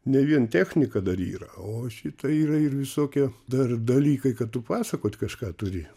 ne vien technika dar yra o šita yra ir visokie dar dalykai kad tu pasakot kažką turi